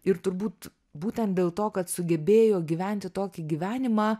ir turbūt būtent dėl to kad sugebėjo gyventi tokį gyvenimą